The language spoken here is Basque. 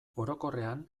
orokorrean